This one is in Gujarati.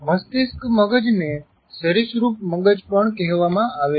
મસ્તિષ્ક મગજને સરિસૃપ મગજ પણ કહેવામાં આવે છે